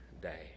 day